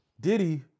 Diddy